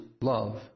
love